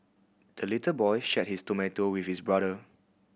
the little boy shared his tomato with his brother